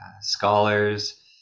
scholars